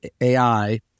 AI